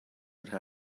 would